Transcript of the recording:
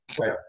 Right